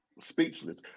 speechless